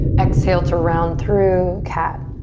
exhale to round through, cat,